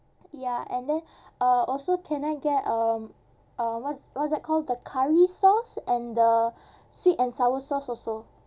ya and then uh also can I get uh uh what's what's that called the curry sauce and the sweet and sour sauce also